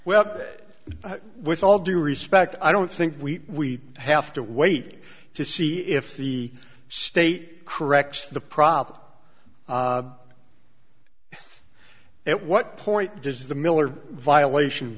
well with all due respect i don't think we have to wait to see if the state corrects the problem at what point does the miller violation